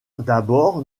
d’abord